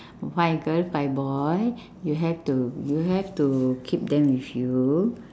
five girl five boy you have to you have to keep them with you